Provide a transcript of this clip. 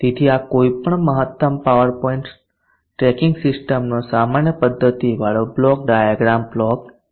તેથી આ કોઈ પણ મહત્તમ પાવર પોઇન્ટ ટ્રેકિંગ સિસ્ટમનો સામાન્ય પધ્ધતિવાળો બ્લોક ડાયાગ્રામ બ્લોક બનશે